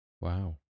Wow